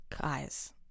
Guys